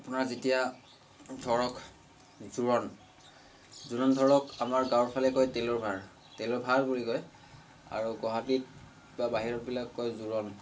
আপোনাৰ যেতিয়া ধৰক জোৰোণ জোৰোণ ধৰক আমাৰ গাঁৱৰ ফালে কয় তেলৰ ভাৰ তেলৰ ভাৰ বুলি কয় আৰু গুৱাহাটীত বা বাহিৰতবিলাক কয় জোৰোণ